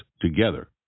together